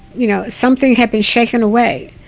you know something had been shaken away.